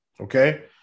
Okay